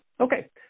Okay